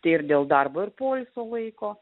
tai ir dėl darbo ir poilsio laiko